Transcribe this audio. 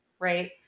right